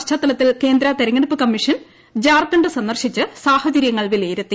പശ്ചാത്തലത്തിൽ കേന്ദ്ര തിരഞ്ഞെടുപ്പ് കമ്മീഷൻ ജാർഖണ്ഡ് സന്ദർശിച്ച് സാഹചര്യങ്ങൾ വിലയിരുത്തി